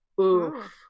Oof